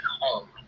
home